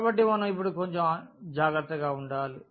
కాబట్టి మనం ఇప్పుడు కొంచెం జాగ్రత్తగా చూడాలి